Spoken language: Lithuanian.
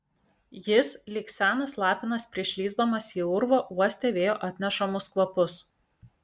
jis lyg senas lapinas prieš lįsdamas į urvą uostė vėjo atnešamus kvapus